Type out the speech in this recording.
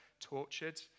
tortured